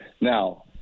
Now